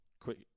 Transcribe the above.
quit